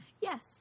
Yes